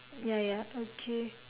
ya ya okay